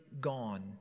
gone